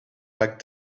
packed